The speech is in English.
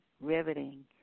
riveting